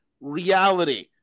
reality